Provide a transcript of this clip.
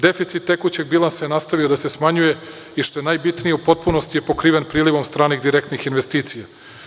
Deficit tekućeg bilansa je nastavio da se smanjuje i što je najbitnije u potpunosti je pokriven prilivom stranih direktnih investicija.